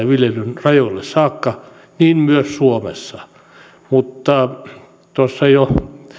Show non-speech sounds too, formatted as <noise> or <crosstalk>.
<unintelligible> viljelyn rajoille saakka niin myös suomessa mutta tuossa jo jo